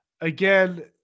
again